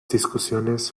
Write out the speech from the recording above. discusiones